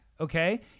okay